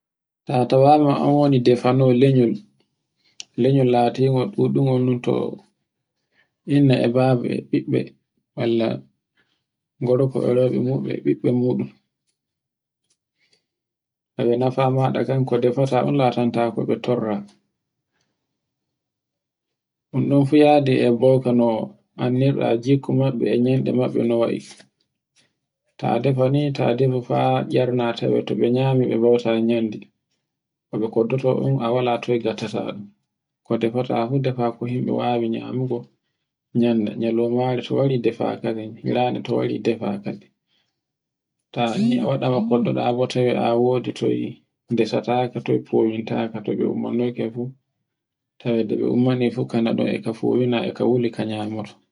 Ta tawa ma an woni defeno lanyol, lanyol latingol ɗuɗungol no to inna e baba e ɓiɓɓe, walla gorko e rewbe muɗum e ɓiɓɓe muɗum. E nafa maɗa kan ko ndefata on latanta ko be torra. Un ɗon fu yadi e bokono anndirɗa gikku majje e yanɗu maɓɓe no wa'I. ta defani ta defu fa ta tcarna tawe to be nyame e bauta nyamdi. e bo koddoto ɗum a wala toy ngattata ɗun. ke dafata fu defa ko himɓe wawi nyamugo nyande, nyalaumari to wari defa, hirande to wari dafe kadin. Ta anndi awaɗa ko defata bo tawe a wodi toye ndesataka, toye fowintaka, tobe umminoy ke fu, kanaɗon e ka fowina e ka wuli ka nyamoto.